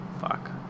Fuck